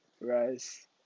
Rice